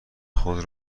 خودم